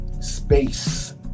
space